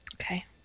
Okay